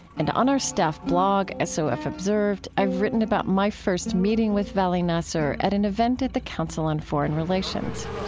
and on our staff blog, sof observed, i've written about my first meeting with vali nasr at an event at the council on foreign relations.